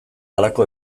halako